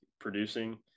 producing